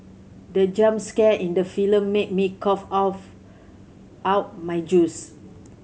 the jump scare in the film made me cough off out my juice